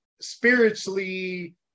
spiritually